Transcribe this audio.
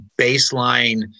baseline